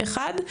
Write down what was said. אחד.